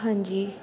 ਹਾਂਜੀ